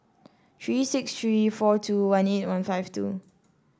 three six three four two one eight one five two